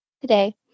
today